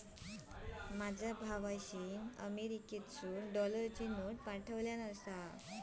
माझ्या भावाशीन अमेरिकेतसून डॉलरची नोट पाठवल्यान आसा